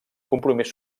compromís